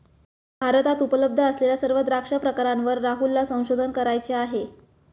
भारतात उपलब्ध असलेल्या सर्व द्राक्ष प्रकारांवर राहुलला संशोधन करायचे आहे